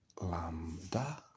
lambda